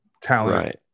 talent